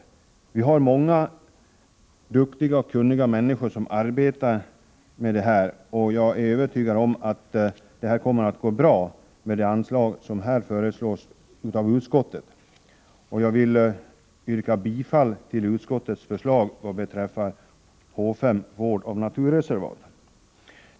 Vi har många duktiga och kunniga människor som arbetar med det här, och jag är övertygad om att det kommer att gå bra med hjälp av det anslag som föreslås av utskottet. Jag vill yrka bifall till utskottets förslag vad beträffar H 5 Vård av naturreservat.